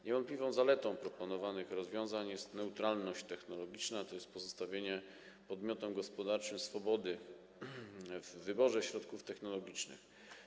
Niewątpliwą zaletą proponowanych rozwiązań jest neutralność technologiczna, tj. pozostawienie podmiotom gospodarczym swobody w wyborze środków technologicznych.